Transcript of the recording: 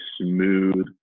smooth